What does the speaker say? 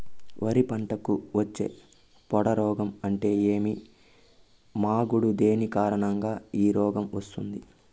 వరి పంటకు వచ్చే పొడ రోగం అంటే ఏమి? మాగుడు దేని కారణంగా ఈ రోగం వస్తుంది?